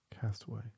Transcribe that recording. Castaway